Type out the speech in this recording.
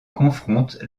confronte